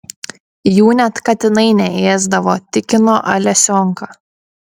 jų net katinai neėsdavo tikino alesionka